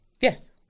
Yes